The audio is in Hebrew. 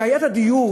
בעיית הדיור,